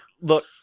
Look